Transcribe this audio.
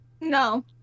No